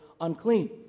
unclean